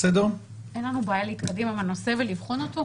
אין לנו בעיה להתקדם עם הנושא ולבחון אותו.